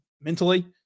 mentally